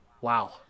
wow